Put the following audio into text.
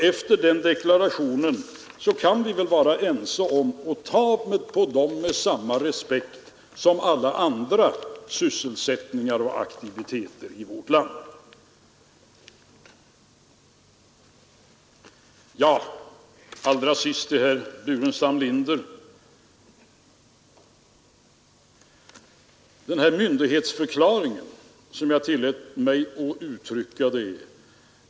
Efter den deklarationen kan vi väl vara ense om att betrakta dessa arbeten med samma respekt som alla andra sysselsättningar och aktiviteter i vårt land. Till sist vill jag vända mig till herr Burenstam Linder beträffande den här myndighetsförklaringen — som jag tillät mig att kalla det.